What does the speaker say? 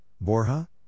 Borja